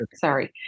sorry